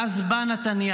ואז בא נתניהו,